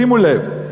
שימו לב.